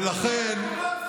ולכן,